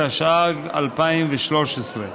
התשע"ג 2013,